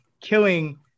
killing